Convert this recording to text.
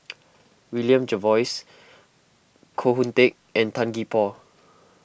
William Jervois Koh Hoon Teck and Tan Gee Paw